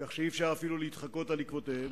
כך שאי-אפשר אפילו להתחקות אחר עקבותיהם.